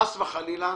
נו, בחייאת דינאק.